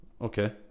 Okay